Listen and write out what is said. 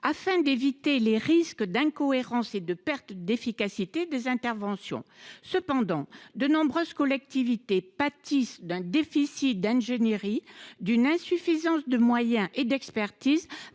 afin d’éviter les risques d’incohérence et de perte d’efficacité des interventions. Cependant, de nombreuses collectivités pâtissent d’un déficit d’ingénierie, d’une insuffisance de moyens et d’expertise